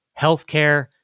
healthcare